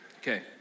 okay